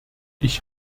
ich